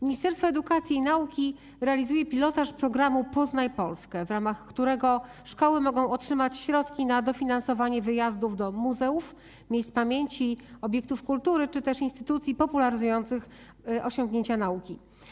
Ministerstwo Edukacji i Nauki realizuje pilotaż programu „Poznaj Polskę”, w ramach którego szkoły mogą otrzymać środki na dofinansowanie wyjazdów do muzeów, miejsc pamięci, obiektów kultury czy też instytucji popularyzujących osiągnięcia nauki.